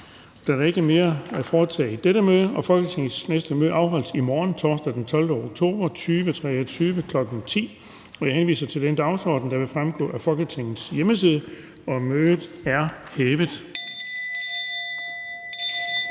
Der er ikke mere at foretage i dette møde. Folketingets næste møde afholdes i morgen, torsdag den 12. oktober 2023, kl. 10.00. Jeg henviser til den dagsorden, der vil fremgå af Folketingets hjemmeside. Mødet er hævet.